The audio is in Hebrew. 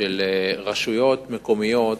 של רשויות מקומיות